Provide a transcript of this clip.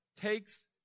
takes